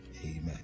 Amen